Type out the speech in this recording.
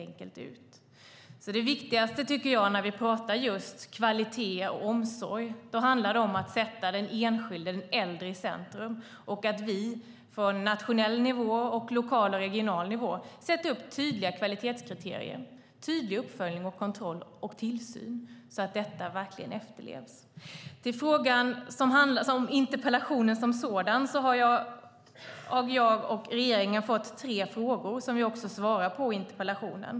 När vi pratar om kvalitet och omsorg är det viktigt att vi sätter den enskilde äldre i centrum och att vi på nationell, lokal och regional nivå sätter upp tydliga kvalitetskriterier med tydlig uppföljning, kontroll och tillsyn så att de efterlevs. I interpellationen har jag och regeringen fått tre frågor som jag svarar på.